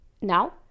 Now